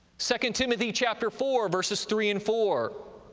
second timothy, chapter four, verses three and four,